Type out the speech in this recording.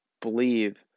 believe